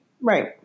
Right